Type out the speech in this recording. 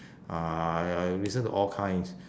uh I listen to all kinds